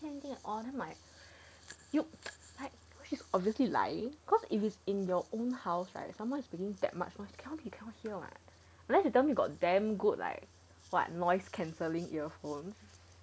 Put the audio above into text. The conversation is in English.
orh then my you like she is obviously lying cause if it's in your own house right someone making that much noise cannot be cannot hear [what] unless you tell me got damn good like what noise cancelling earphones